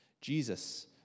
Jesus